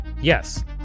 Yes